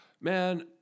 man